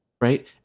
right